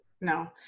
no